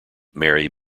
mary